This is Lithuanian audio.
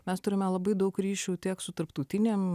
mes turime labai daug ryšių tiek su tarptautinėm